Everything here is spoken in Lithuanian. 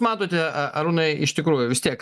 matote arūnai iš tikrųjų vis tiek